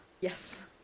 Yes